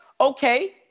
okay